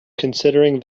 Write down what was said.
considering